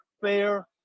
fair